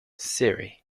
cirri